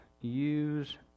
use